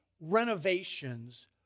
renovations